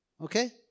okay